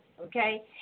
okay